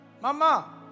Mama